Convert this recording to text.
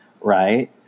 right